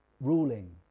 ruling